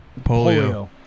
Polio